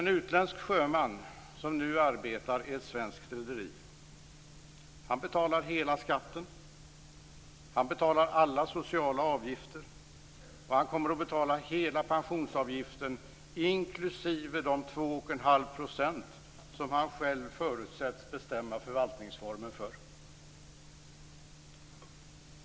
En utländsk sjöman som nu arbetar i ett svenskt rederi betalar hela skatten, alla sociala avgifter och han kommer att betala hela pensionsavgiften inklusive de 2,5 % som han själv förutsätts bestämma förvaltningsformen för.